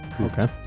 Okay